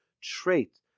trait